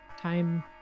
time